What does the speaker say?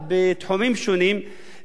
מתייחסת בתוקפנות,